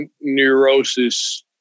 neurosis